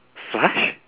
flush